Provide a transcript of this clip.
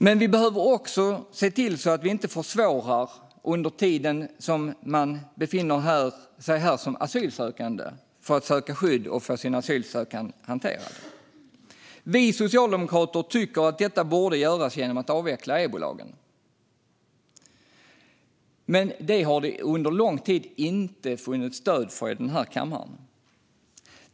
Men vi behöver också se till att vi inte försvårar för asylsökande under tiden de befinner sig här och får sina ansökningar hanterade. Vi socialdemokrater tycker att detta borde göras genom att avveckla EBO-lagen. Men det har det under lång tid inte funnits stöd för i kammaren.